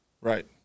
Right